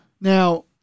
now